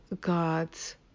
God's